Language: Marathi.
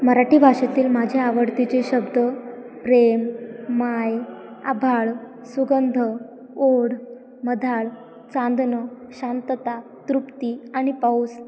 मराठी भाषेतील माझ्या आवडतीचे शब्द प्रेम माय आभाळ सुगंध ओढ मधाळ चांदनं शांतता तृप्ती आणि पाऊस